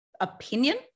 opinion